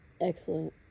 Excellent